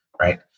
right